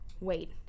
wait